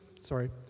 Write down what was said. sorry